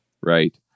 right